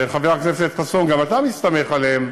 חבר הכנסת יואל חסון, גם אתה מסתמך עליהם,